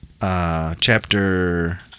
chapter